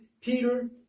Peter